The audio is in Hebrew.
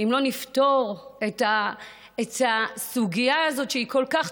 אם לא נפתור את הסוגיה הזאת, שהיא כל כך טעונה?